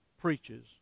preaches